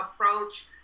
approach